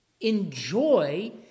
enjoy